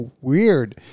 weird